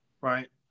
Right